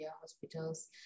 hospitals